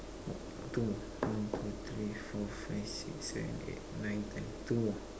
two more one two three four five six seven eight nine ten two more